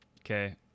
Okay